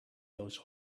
those